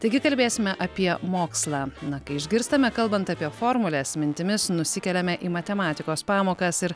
taigi kalbėsime apie mokslą na kai išgirstame kalbant apie formules mintimis nusikeliame į matematikos pamokas ir